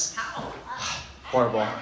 Horrible